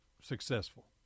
successful